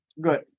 Good